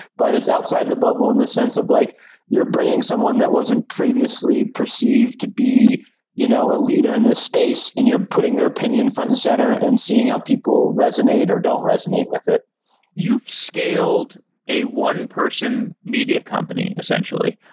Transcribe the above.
but it's outside the bubble in the sense of like you're bringing someone that wasn't previously perceived to be you know a leader in the space and you're putting their opinion front and center and seeing how people resonate or don't resonate with it you've scaled a one person media company essentially.